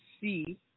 C-